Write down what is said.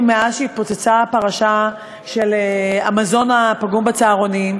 מאז התפוצצה הפרשה של המזון הפגום בצהרונים,